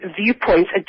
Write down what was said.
Viewpoints